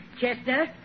Chester